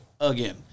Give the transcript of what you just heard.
again